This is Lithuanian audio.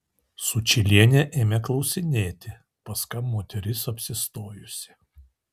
sučylienė ėmė klausinėti pas ką moteris apsistojusi